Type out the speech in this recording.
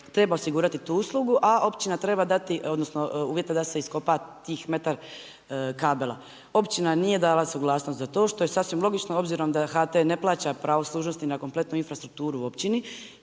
treba osigurati tu uslugu a općina treba dati, odnosno uvjete da se iskopa tih metar kabela. Općina nije dala suglasnost za to što je sasvim logično obzirom da HT ne plaća pravo služnosti na kompletnu infrastrukturu općini